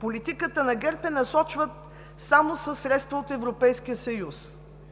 политиката на ГЕРБ я насочва само със средства от Европейския съюз,